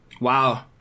Wow